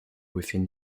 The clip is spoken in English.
within